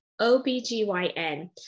OBGYN